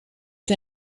que